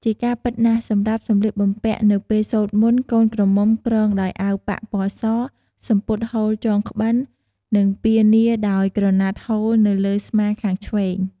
ជាការពិតណាស់ សម្រាប់សំលៀកបំពាក់នៅពេលសូត្រមន្ត កូនក្រមុំគ្រងដោយអាវប៉ាក់ពណ៏ស សំពត់ហូលចងក្បិន និងពានាដោយក្រណាត់ហូលនៅលើស្មាខាងឆ្វេង។